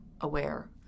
aware